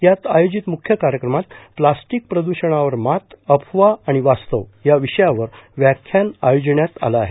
त्यात आयोजित मुख्य कार्यक्रमात प्लास्टिक प्रदूषणवर मात अफवा आणि वास्तव या विषयावर व्याख्यान आयोजिण्यात आलं आहे